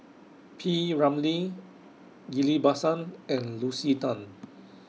P Ramlee Ghillie BaSan and Lucy Tan